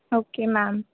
okay ma'am